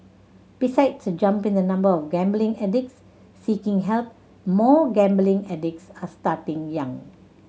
besides a jump in the number of gambling addicts seeking help more gambling addicts are starting young